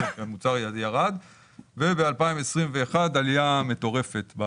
בשנת 2021 עלייה מטורפת.